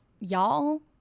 Y'all